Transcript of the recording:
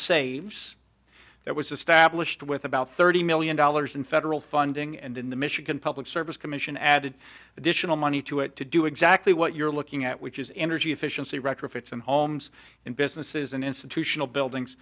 saves that was established with about thirty million dollars in federal funding and in the michigan public service commission added additional money to it to do exactly what you're looking at which is energy efficiency retrofits and homes and businesses and institutional buildings